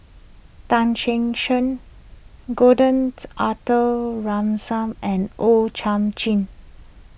Tan Che Sang Gordon's Arthur Ransome and O Thiam Chin